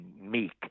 meek